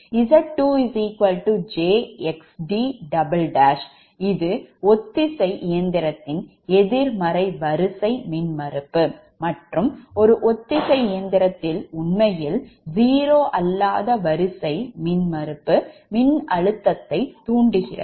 Z2 jXd இது ஒத்திசை இயந்திரத்தின் எதிர்மறை வரிசை மின்மறுப்பு மற்றும் ஒரு ஒத்திசை இயந்திரத்தில் உண்மையில் zero அல்லாத வரிசை மின்மறுப்புமின்னழுத்ததை தூண்டுகிறது